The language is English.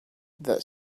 that